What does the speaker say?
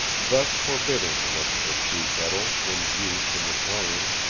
thus forbidding looked the stew-kettle, when viewed from the plain.